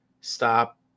stop